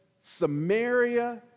Samaria